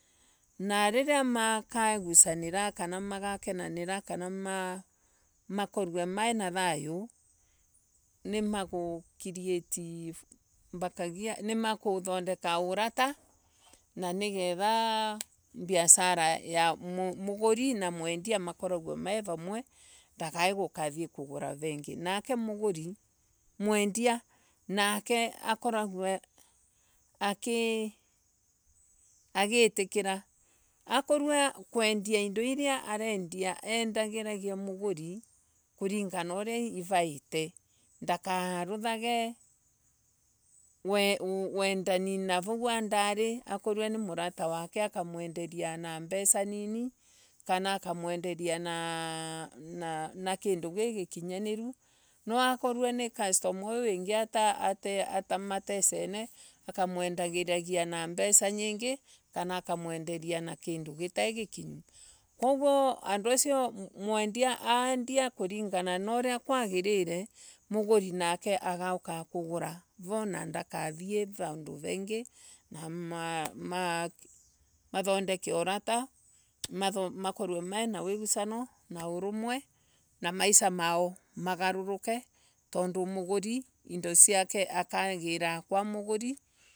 Na riria makegusana kana magakenanira magakorua mai na thayo. Nimagucreati makothondeka niketha mbiasara ya muguri na mwendia mukoragwe me ramwe ndakai kuthii kugura rengi nake mwendia akoragwe aki Agitikira. Akorwa kuendia indo iria arendia endagiriaie muguri kuringana na uria iraire. Ndakaruthage muguri kuringana na uria iraire. Ndakaruthage wendani wa navau ndari. akorwa ni murwa wake akamwenderia na mbei nini kana akamwenderia na kindu ki gikinyaniru no akorwa ni customer uyu wingi matesene. akomwenderia na mbesa nyiingi koguo mwendia endia na mbia iria siagirire muguri agaukaga kugura so na ndakathii vandu vengi na mathondeke avata nna makorwe mina wigusano na urumwe na maisa mao mogaruruke tondu muguri akagiraga kwa muguri.